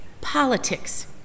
politics